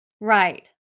Right